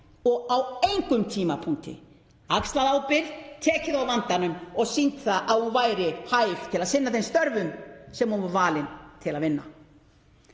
og á engum tímapunkti axlað ábyrgð, tekið á vandanum og sýnt að hún væri hæf til að sinna þeim störfum sem hún var valin til að vinna.